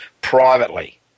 privately